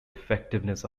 effectiveness